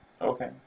Okay